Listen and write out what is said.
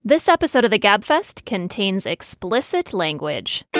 this episode of the gabfest contains explicit language.